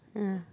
yeah